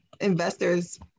investors